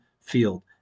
field